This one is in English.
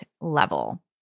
level